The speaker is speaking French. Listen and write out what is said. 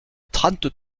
trente